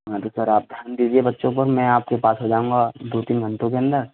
हाँ तो सर आप ध्यान दीजिए बच्चों पर मैं आपके पास आ जाऊंगा दो तीन घंटों के अंदर